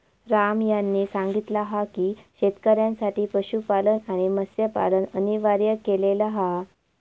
राम यांनी सांगितला हा की शेतकऱ्यांसाठी पशुपालन आणि मत्स्यपालन अनिवार्य केलेला हा